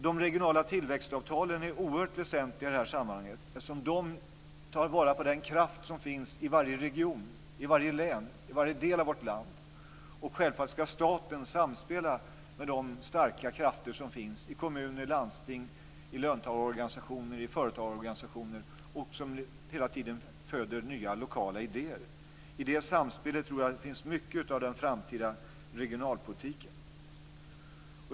De regionala tillväxtavtalen är oerhört väsentliga i det här sammanhanget, eftersom de tar vara på den kraft som finns i varje region, i varje län, i varje del av vårt land. Självfallet ska staten samspela med de starka krafter som finns i kommuner, i landsting, i löntagarorganisationer och i företagarorganisationer och som hela tiden föder nya lokala idéer. I det samspelet tror jag att mycket av den framtida regionalpolitiken finns.